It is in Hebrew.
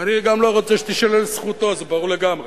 ואני גם לא רוצה שתישלל זכותו, זה ברור לגמרי.